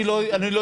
אני לא התווכחתי.